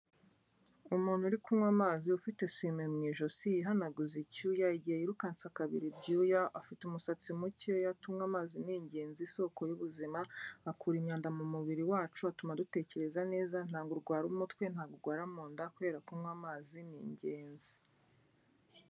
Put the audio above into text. Umuntu uri kunywa amazi ufite isume mu ijosi ihanaguza icyuya, igihe yirukanse akabiri ibyuya. Afite umusatsi mukeya. Tunywe amazi ni ingenzi, isoko y'ubuzima, akura inyanda mu mubiri wacu, atuma dutekereza neza, ntabwo urwara umutwe, ntabwo urwara mu nda, kubera kunywa amazi ni ingenzi.